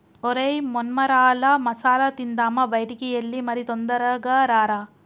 ఒరై మొన్మరాల మసాల తిందామా బయటికి ఎల్లి మరి తొందరగా రారా